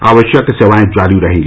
आवश्यक सेवाएं जारी रहेंगी